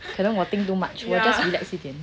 可能 think too much so that why